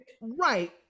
Right